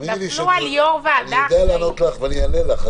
נפלו על יו"ר ועדה אחראי --- אני יודע לענות לך ואני אענה לך,